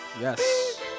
Yes